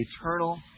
eternal